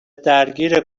درگیر